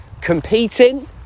competing